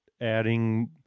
adding